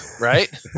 Right